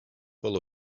full